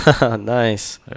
nice